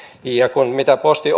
ja mitä posti